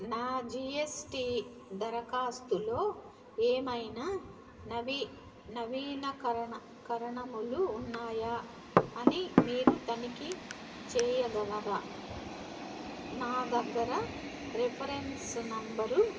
నా జీఎస్టీ దరఖాస్తులో ఏమైనా నవీ నవీకరణ నవీనకరణలు ఉన్నాయా అని మీరు తనిఖీ చేయగలరా నా దగ్గర రిఫరెన్స్ నెంబరు